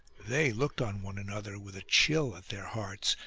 they looked on one another, with a chill at their hearts,